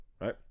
Right